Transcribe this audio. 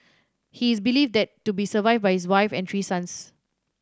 he is believed that to be survived by his wife and three sons